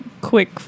quick